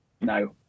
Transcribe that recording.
No